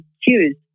choose